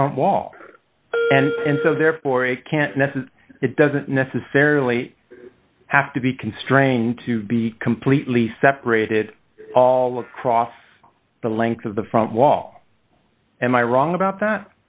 the front wall and so therefore a can't nessun it doesn't necessarily have to be constrained to be completely separated all across the length of the front wall and i wrong about that